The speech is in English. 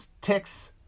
ticks